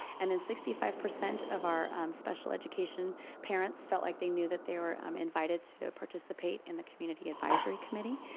and then sixty five percent of our special education parents felt like they knew that they were um invited to participate in the community advisory committee,